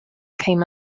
came